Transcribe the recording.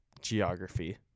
geography